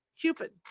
Cupid